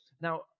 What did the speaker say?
Now